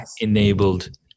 enabled